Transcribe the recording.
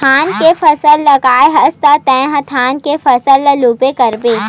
धान के फसल लगाए हस त तय ह धान के फसल ल लूबे करबे